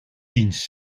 dienst